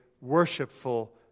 worshipful